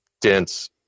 dense